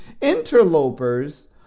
interlopers